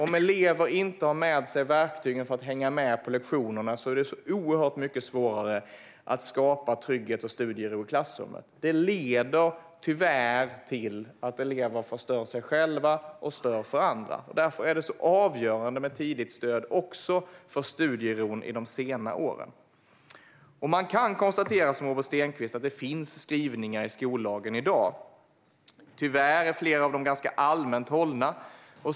Om elever inte har med sig verktygen för att hänga med på lektionerna är det oerhört mycket svårare att skapa trygghet och studiero i klassrummet. Det leder tyvärr till att elever förstör för sig själva och stör andra. Därför är det avgörande med tidigt stöd också för studieron i de sena åren. Man kan, som Robert Stenkvist, konstatera att det finns skrivningar om detta i skollagen i dag. Tyvärr är flera av dem ganska allmänt hållna.